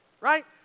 Right